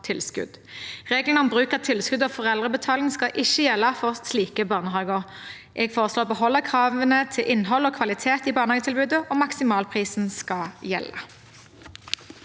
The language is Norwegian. Reglene om bruk av tilskudd og foreldrebetaling skal ikke gjelde for slike barnehager. Dessuten foreslår jeg å beholde kravene til innhold og kvalitet i barnehagetilbudet, og maksimalprisen skal gjelde.